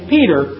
Peter